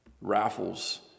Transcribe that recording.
raffles